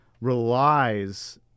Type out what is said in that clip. relies